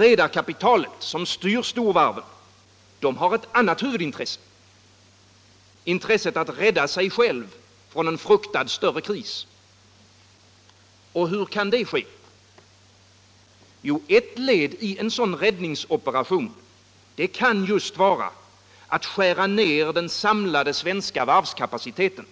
Redarkapitalet, som styr storvarven, har ett annat huvudintresse: att rädda sig självt från en fruktad större kris. Och hur kan det ske? Ett led i en sådan räddningsoperation kan vara att skära ned den samlade svenska varvskapaciteten.